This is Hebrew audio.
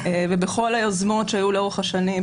ובכל היוזמות שהיו לאורך השנים,